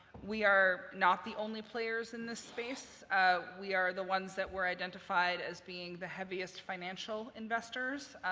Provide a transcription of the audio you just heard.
we are not the only players in this space we are the ones that were identified as being the heaviest financial investors.